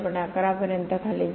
11 पर्यंत खाली जातो